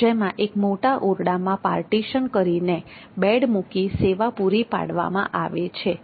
જેમાં એક મોટા ઓરડામાં પાર્ટીશન કરીને બેડ મૂકી સેવા પૂરી પાડવામાં આવે છે